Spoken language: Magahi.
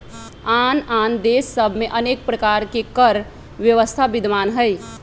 आन आन देश सभ में अनेक प्रकार के कर व्यवस्था विद्यमान हइ